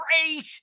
great